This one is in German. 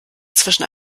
zwischen